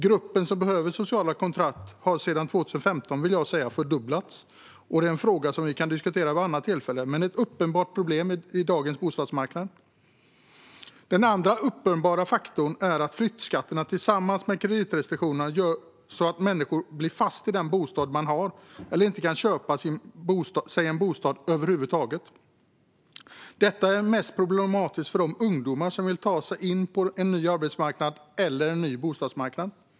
Gruppen som behöver sociala kontrakt har sedan 2015 fördubblats, vill jag säga. Det är en fråga som vi kan diskutera vid ett annat tillfälle, men det är ett tydligt problem på dagens bostadsmarknad. Den andra uppenbara faktorn är att flyttskatterna tillsammans med kreditrestriktionerna gör att människor blir fast i den bostad de har eller över huvud taget inte kan köpa en bostad. Detta är mest problematiskt för de ungdomar som vill ta sig in på en ny arbetsmarknad eller en ny bostadsmarknad.